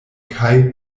kaj